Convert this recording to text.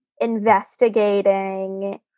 Investigating